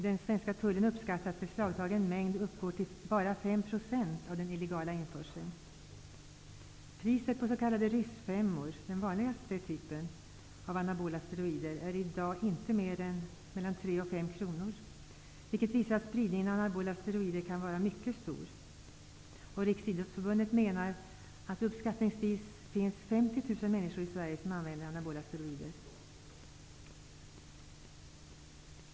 Den svenska tullen uppskattar att beslagtagen mängd uppgår till bara Priset på s.k. ryssfemmor -- den vanligaste typen av anabola steroider -- är i dag inte mer än 3--5 kr. Det visar att spridningen av anabola steroider kan vara mycket stor. Enligt Riksidrottsförbundet finns det uppskattningsvis 50 000 människor i Sverige som använder anabola steroider.